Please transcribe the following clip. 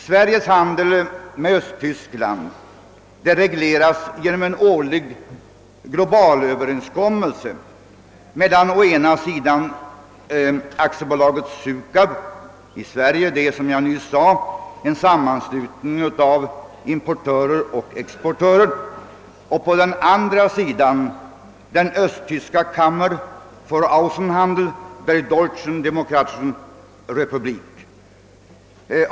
Sveriges handel med Östtyskland regleras genom en årlig global överenskommelse mellan å ena sidan AB Sukab i Sverige — det är, som jag nyss sade, en sammanslutning av importörer och exportörer — och å andra sidan den östtyska Kammer fär Aussenhandel der Deutschen Demokratischen Republik.